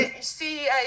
see